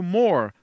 more